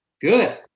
Good